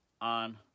on